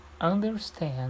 understand